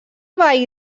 veí